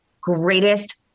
greatest